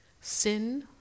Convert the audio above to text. sin